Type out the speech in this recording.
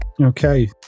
Okay